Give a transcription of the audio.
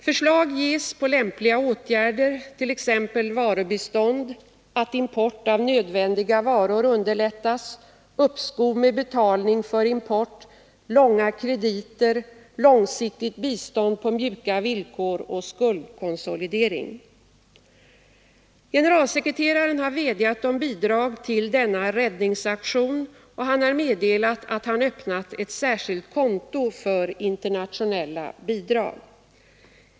Förslag ges på lämpliga åtgärder, t.ex. varubistånd, att import av nödvändiga varor underlättas, uppskov med betalning för import, långa krediter, långsiktigt bistånd på mjuka villkor och skuldkonsolidering. Generalsekreteraren har vädjat om bidrag till denna räddningsaktion och meddelat att han öppnat ett särskilt konto för internationella bidrag.